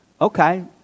Okay